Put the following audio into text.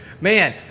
Man